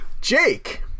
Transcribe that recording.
Jake